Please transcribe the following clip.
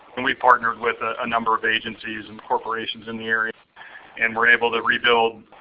and we partnered with a number of agencies and corporations in the area and were able to rebuild